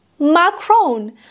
Macron